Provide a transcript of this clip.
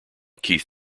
keith